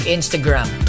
Instagram